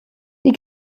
die